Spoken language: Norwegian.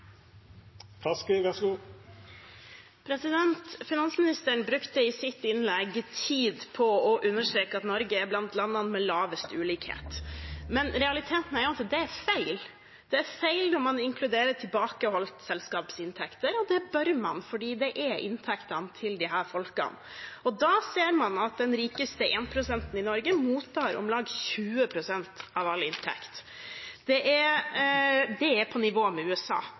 Finansministeren brukte i sitt innlegg tid på å understreke at Norge er blant landene med lavest ulikhet. Men realiteten er at det er feil. Det er feil når man inkluderer tilbakeholdte selskapsinntekter, og det bør man, for det er inntektene til disse folkene. Da ser man at de 1 pst. rikeste i Norge mottar om lag 20 pst. av all inntekt. Det er på nivå med USA.